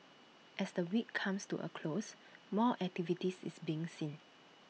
as the week comes to A close more activities is being seen